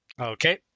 Okay